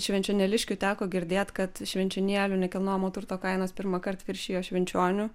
švenčionėliškių teko girdėt kad švenčionėlių nekilnojamo turto kainos pirmąkart viršijo švenčionių